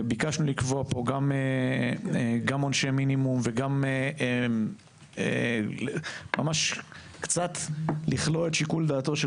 ביקשנו לקבוע פה עונשי מינימום וממש קצת לכלוא את שיקול דעתו של